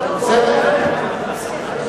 זה עומד על אפס.